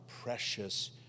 precious